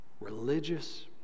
Religious